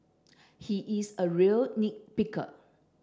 he is a real nit picker